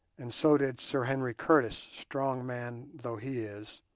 and so did sir henry curtis, strong man though he is